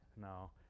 no